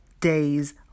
days